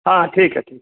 हाँ ठीक है ठीक